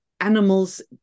animals